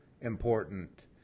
important